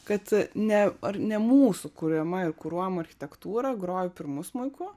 kad ne ar ne mūsų kuriama ir kuruojama architektūra grojo pirmu smuiku